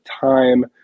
time